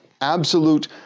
absolute